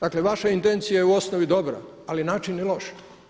Dakle, vaša intencija je u osnovi dobra ali način je loš.